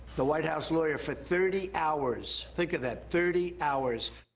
the white house lawyer for thirty hours. think of that, thirty hours.